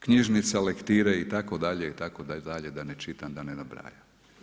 Knjižnica, lektire itd., itd. da ne čitam, da ne nabrajam.